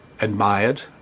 admired